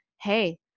Hey